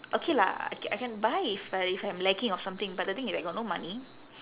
okay lah I can I can buy if I if I'm lacking of something but the thing is I got no money